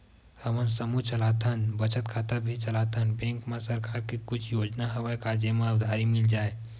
हमन समूह चलाथन बचत खाता भी चलाथन बैंक मा सरकार के कुछ योजना हवय का जेमा उधारी मिल जाय?